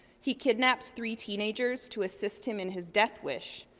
he kidnaps three teenagers to assist him in his death wish,